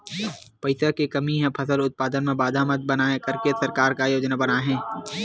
पईसा के कमी हा फसल उत्पादन मा बाधा मत बनाए करके सरकार का योजना बनाए हे?